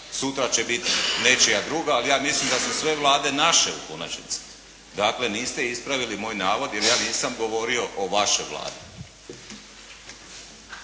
sutra će biti nečija druga, ali ja mislim da su sve Vlade naše u konačnici. Dakle, niste ispravili moj navod jer ja nisam govorio o vašoj Vladi.